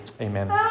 Amen